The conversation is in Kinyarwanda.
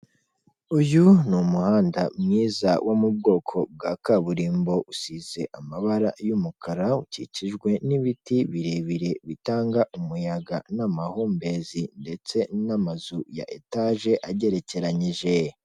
Uyu ni umuhanda mwiza wo mu bwoko bwa kaburimbo, usize amabara y'umukara, ukikijwe n'ibiti birebire bitanga umuyaga, n'amahumbezi, ndetse n'amazu ya etage agerekeranyije.